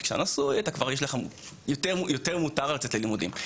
כי כשאתה נשוי יותר מותר לצאת ללימודים,